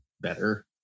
better